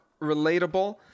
relatable